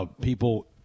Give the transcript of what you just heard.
People